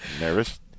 Nervous